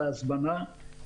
תודה על ההזמנה.